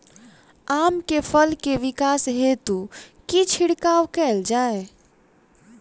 आम केँ फल केँ विकास हेतु की छिड़काव कैल जाए?